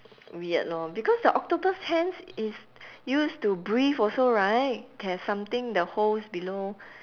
weird lor because the octopus hands is used to breathe also right have something the holes below